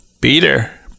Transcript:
Peter